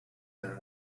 been